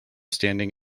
standing